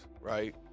right